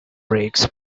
brakes